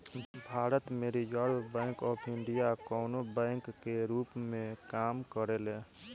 भारत में reserve bank of India कवनो bank के रूप में काम करेले